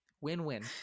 Win-win